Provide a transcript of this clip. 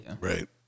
Right